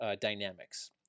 dynamics